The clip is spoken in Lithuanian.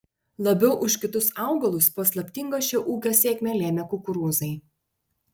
labiau už kitus augalus paslaptingą šio ūkio sėkmę lėmė kukurūzai